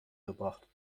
gebracht